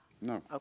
No